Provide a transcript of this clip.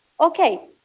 Okay